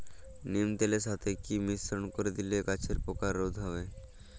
নিম তেলের সাথে কি মিশ্রণ করে দিলে গাছের পোকা রোধ হবে?